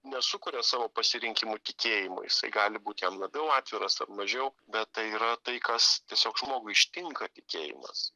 nesukuria savo pasirinkimo tikėjimo jisai gali būti jam labiau atviras ar mažiau bet tai yra tai kas tiesiog žmogų ištinka tikėjimas